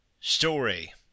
Story